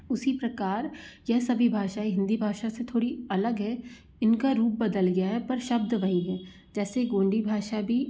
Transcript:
उसी प्रकार यह सभी भाषाऍं हिन्दी भाषा से थोड़ी अलग है इनका रूप बदल गया हे पर शब्द वही हैं जैसे गोंडी भाषा बी